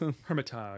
Hermitage